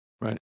Right